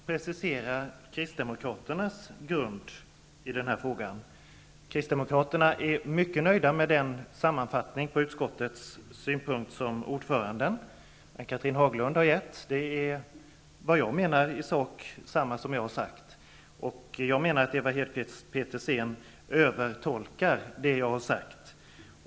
Herr talman! Jag var anmodad att presentera kristdemokraternas uppfattning i denna fråga. Vi kristdemokrater är mycket nöjda med den sammanfattning av utskottets synpunkter som ordföranden Ann-Cathrine Haglund har givit. Jag menar att det i sak är samma synpunkter som jag har haft och att Ewa Hedkvist Petersen övertolkar vad jag har sagt.